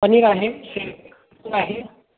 पनीर आहे आहे